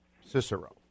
Cicero